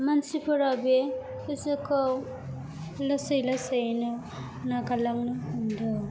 मानसिफोरा बे फेसाखौ लासै लासैयैनो नागारलांनो हमदों